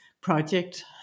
project